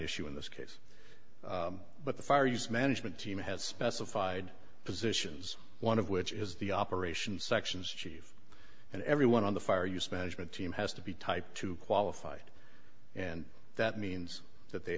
issue in this case but the fire use management team has specified positions one of which is the operations sections chief and everyone on the fire use management team has to be type two qualified and that means that they